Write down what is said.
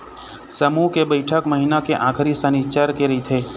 समूह के बइठक महिना के आखरी सनिच्चर के रहिथे